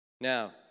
Now